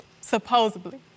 supposedly